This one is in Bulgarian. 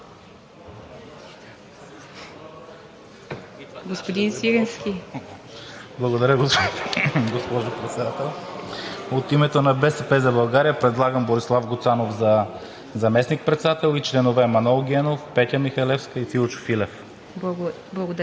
Благодаря, госпожо Председател. От името на „БСП за България“ предлагаме Борислав Гуцанов за заместник-председател и членове Манол Генов, Петя Михалевска и Филчо Филев.